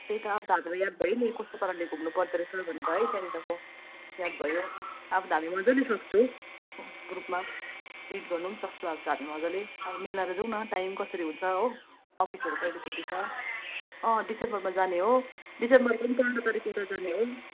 त्यही त अब भर्खरै याद भयो नि कस्तो पाराले घुम्नु पर्दोरहेछ भनेर है त्यहाँनिरको याद भयो अब त हामी मजाले सक्छु ग्रुपमा लिड गर्नु पनि सक्छु अब त हामी मजाले अब मिलाएर जाऔँ न टाइम कसरी हुन्छ हो अफिसहरू कहिले छुट्टी छ अँ डिसेम्बरमा जाने हो डिसेम्बर पनि पन्ध्र तारिकउता जाने हो